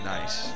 Nice